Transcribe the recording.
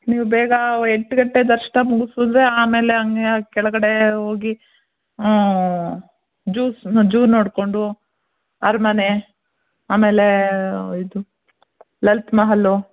ನೀವು ಬೇಗ ಎಂಟು ಗಂಟೆ ದರ್ಶನ ಮುಗಿಸಿದ್ರೆ ಆಮೇಲೆ ಹಂಗೆ ಕೆಳಗಡೆ ಹೋಗಿ ಜುಸ್ ಜೂ ನೋಡಿಕೊಂಡು ಅರಮನೆ ಆಮೇಲೆ ಇದು ಲಲಿತ ಮಹಲು